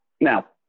Now